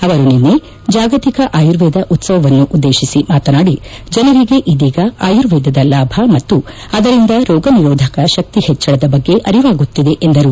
ಅವರು ನಿನ್ನೆ ರಾತಿ ಜಾಗತಿಕ ಆಯುರ್ವೇದ ಉತ್ಸವವನ್ನು ಉದ್ಗೇಶಿಸಿ ಮಾತನಾಡಿ ಜನರಿಗೆ ಇದೀಗ ಆಯುರ್ವೇದ ಲಾಭ ಮತ್ತು ರೋಗ ನಿರೋಧಕ ಶಕ್ತಿ ಹೆಚ್ಚಳದ ಪಾತ್ರದ ಬಗ್ಗೆ ಅರಿವಾಗುತ್ತಿದೆ ಎಂದರು